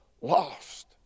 lost